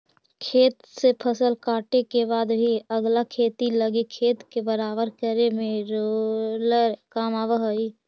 खेत से फसल काटे के बाद भी अगला खेती लगी खेत के बराबर करे में रोलर काम आवऽ हई